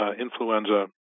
influenza